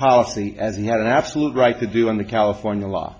policy as he had an absolute right to do under california law